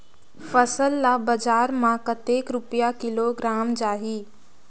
फसल ला बजार मां कतेक रुपिया किलोग्राम जाही?